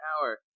power